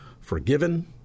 forgiven